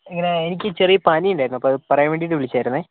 ഇങ്ങനെ എനിക്ക് ചെറിയ പനി ഉണ്ടായിരുന്നു അപ്പോൾ അത് പറയാൻ വേണ്ടിയിട്ട് വിളിച്ചതായിരുന്നു